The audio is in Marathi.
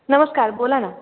नमस्कार बोला ना